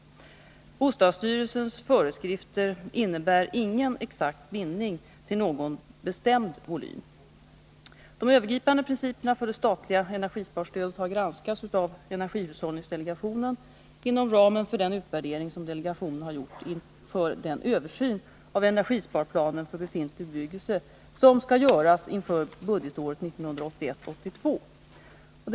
Bostadsstyrelsens föreskrifter innebär ingen exakt bindning till någon bestämd volym. De övergripande principerna för det statliga energisparstödet har granskats av energihushållningsdelegationen inom ramen för den utvärdering som delegationen har gjort inför den översyn av energisparplanen för befintlig bebyggelse som skall göras inför budgetåret 1981/82.